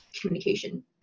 communication